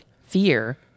fear